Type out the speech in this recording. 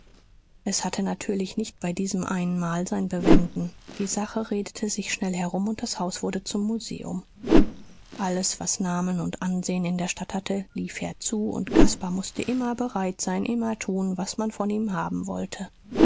es hatte natürlich nicht bei diesem einen mal sein bewenden die sache redete sich schnell herum und das haus wurde zum museum alles was namen und ansehen in der stadt hatte lief herzu und caspar mußte immer bereit sein immer tun was man von ihm haben wollte